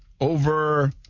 over